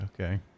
Okay